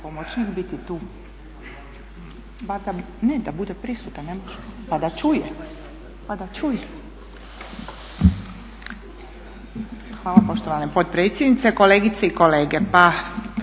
Hvala poštovana potpredsjednice, kolegice i kolege.